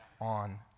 on